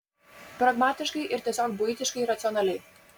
pragmatiškai ir tiesiog buitiškai racionaliai